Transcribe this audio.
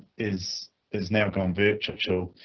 is is now gone virtual,